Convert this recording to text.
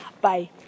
Bye